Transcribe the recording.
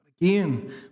Again